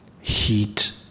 heat